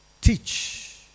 Teach